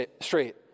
straight